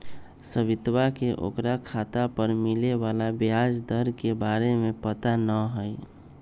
सवितवा के ओकरा खाता पर मिले वाला ब्याज दर के बारे में पता ना हई